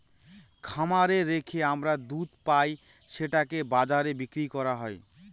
খামারে রেখে আমরা দুধ পাই সেটাকে বাজারে বিক্রি করা হয়